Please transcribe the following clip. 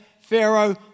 Pharaoh